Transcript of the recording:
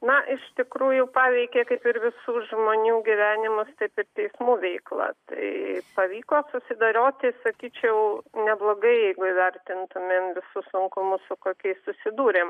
na iš tikrųjų paveikė kaip ir visų žmonių gyvenimus taip ir teismų veiklą tai pavyko susidoroti sakyčiau neblogai jeigu įvertintumėm visus sunkumus su kokiais susidūrėm